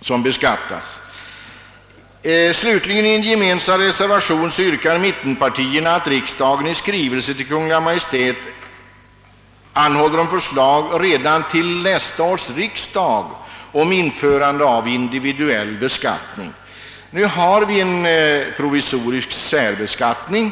Slutligen kan.nämnas att mittenpartierna i en gemensam reservation yrkat att riksdagen :i skrivelse. till Kungl. Maj:t måtte anhålla om förslag redan till nästa års session om införande av individuell beskattning. Vi har för närvarande en provisorisk särbeskattning.